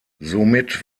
somit